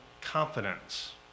confidence